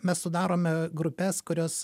mes sudarome grupes kurios